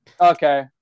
okay